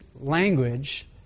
language